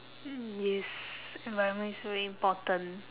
mm yes environment is very important